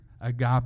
Agape